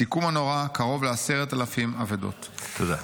הסיכום הנורא: קרוב ל-10,000 אבדות." תודה.